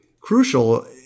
crucial